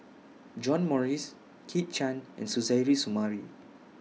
John Morrice Kit Chan and Suzairhe Sumari